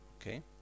Okay